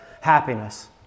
happiness